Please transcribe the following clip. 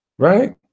Right